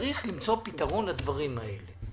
וצריך למצוא פתרון לדברים האלה.